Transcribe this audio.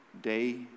day